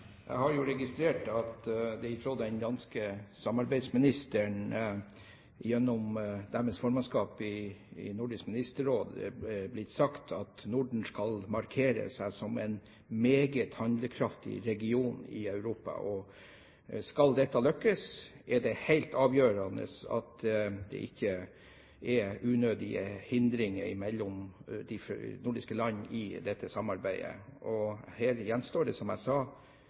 Jeg har registrert at det fra den danske samarbeidsministeren gjennom det danske formannskap i Nordisk Ministerråd er blitt sagt at Norden skal markere seg som en meget handlekraftig region i Europa. Skal dette lykkes, er det helt avgjørende at det ikke er unødige hindringer mellom de nordiske land i dette samarbeidet. Her gjenstår det, som jeg sa,